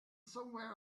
somewhere